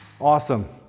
awesome